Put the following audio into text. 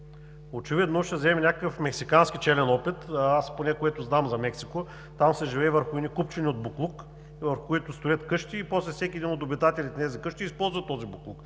Очевидно ще вземем някакъв мексикански челен опит, а аз поне, което знам за Мексико – там се живее върху едни купчини от боклук, върху които строят къщи, и после всеки един от обитателите им използва този боклук.